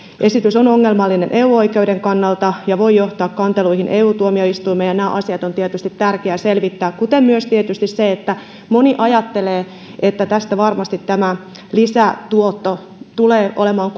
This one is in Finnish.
esitys on ongelmallinen eu oikeuden kannalta ja voi johtaa kanteluihin eu tuomioistuimeen ja nämä asiat on tietysti tärkeä selvittää ja tietysti on myös se että moni ajattelee että tästä varmasti lisätuotot tulevat olemaan